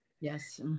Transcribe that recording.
Yes